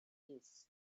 peace